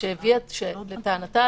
שהביאה לטענתה,